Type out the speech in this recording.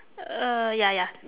uh ya ya